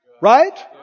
Right